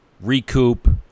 Recoup